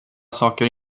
saker